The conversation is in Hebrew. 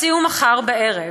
השיא הוא מחר בערב,